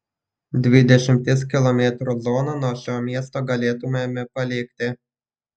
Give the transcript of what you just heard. dvidešimties kilometrų zoną nuo šio miesto galėtumėme palikti